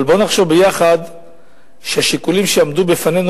אבל בוא נחשוב ביחד שהשיקולים שעמדו בפנינו,